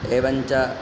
एवञ्च